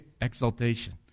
exaltation